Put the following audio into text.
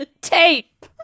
Tape